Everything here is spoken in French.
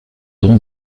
don